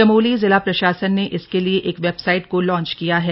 चमोली जिला प्रशासन ने इसके लिए एक वेबसाइट को लॉन्च किया है